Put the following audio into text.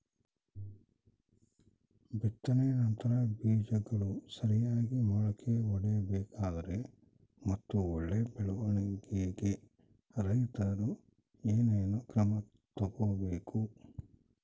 ಬಿತ್ತನೆಯ ನಂತರ ಬೇಜಗಳು ಸರಿಯಾಗಿ ಮೊಳಕೆ ಒಡಿಬೇಕಾದರೆ ಮತ್ತು ಒಳ್ಳೆಯ ಬೆಳವಣಿಗೆಗೆ ರೈತರು ಏನೇನು ಕ್ರಮ ತಗೋಬೇಕು?